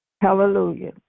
Hallelujah